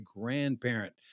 grandparent